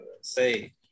Say